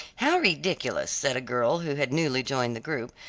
how ridiculous! said a girl who had newly joined the group,